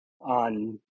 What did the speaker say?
on